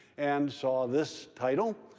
and saw this title,